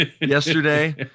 yesterday